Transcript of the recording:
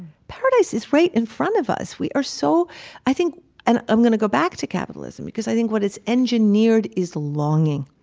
paradise is right in front of us. we are so i think and i'm gonna go back to capitalism because i think what is engineered is longing.